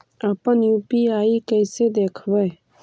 अपन यु.पी.आई कैसे देखबै?